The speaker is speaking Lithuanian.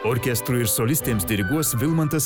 orkestrui ir solistėms diriguos vilmantas